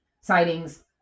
sightings